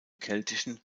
keltischen